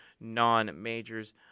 non-majors